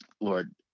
Lord